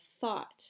thought